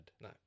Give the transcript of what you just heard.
No